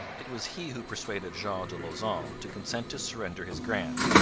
it was he who persuaded jean de lauzon to consent to surrender his grant,